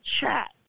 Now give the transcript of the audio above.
chat